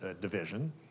division